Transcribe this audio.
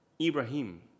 Ibrahim